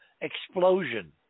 explosion